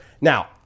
Now